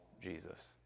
Jesus